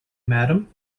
madam